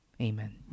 Amen